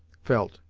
felt,